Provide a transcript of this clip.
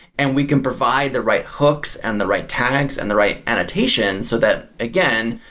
and we can provide the right hooks and the right tags and the right annotations so that again,